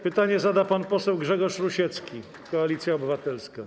Pytanie zada pan poseł Grzegorz Rusiecki, Koalicja Obywatelska.